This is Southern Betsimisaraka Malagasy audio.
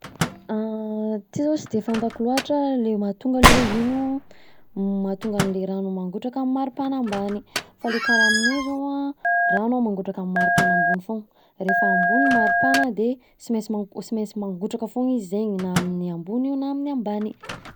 Ity zao sy de fantako loatra le mahatonga le hoe: ino mahatonga le rano mangotraka amin'ny maripana ambany, fa le karaha aminay zao an rano an mangotraka amin'ny maripana ambony fogna. Rehefa ambony ny maripana de sy maintsy mangotraka fogna izy zegny na amin'ny ambony io na amin'ny ambany.